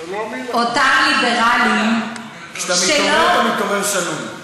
אותם ליברלים, כשאתה מתעורר, אתה מתעורר שנון.